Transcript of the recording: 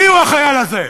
מיהו החייל הזה?